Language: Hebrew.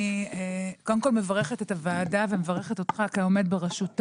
אני קודם כל מברכת את הוועדה ומברכת אותך כעומד בראשה